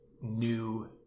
new